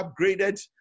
upgraded